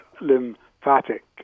lymphatic